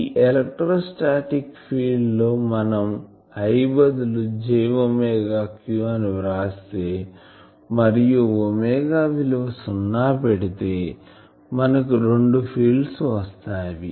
ఈ electrostatic field లో మనం I బదులు j ఒమేగా q అని వ్రాస్తే మరియు ఒమేగా విలువ సున్నా పెడితే మనకు రెండు ఫీల్డ్స్ వస్తాయి